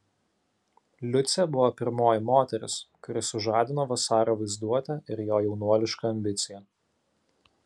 liucė buvo pirmoji moteris kuri sužadino vasario vaizduotę ir jo jaunuolišką ambiciją